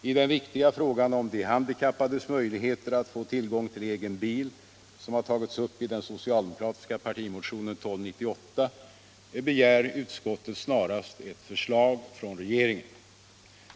I den viktiga frågan om de handikappades möjligheter att få tillgång till egen bil som har tagits upp i den socialdemokratiska partimotionen 1298 begär utskottet snarast ett förslag från regeringen.